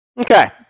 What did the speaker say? okay